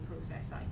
process